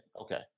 Okay